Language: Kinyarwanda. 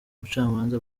ubucamanza